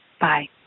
Bye